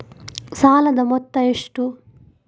ಸಾಲದ ಮೊತ್ತ ಎಷ್ಟು?